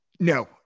No